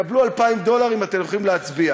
תקבלו 2,000 דולר אם אתם הולכים להצביע.